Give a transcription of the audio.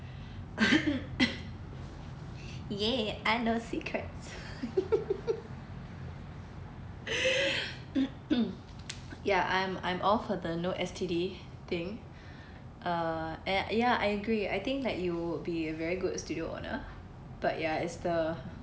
!yay! I know secrets ya I'm I'm all for the no S_T_D thing uh and ya I agree I think that you'll be a very good studio owner but ya it's the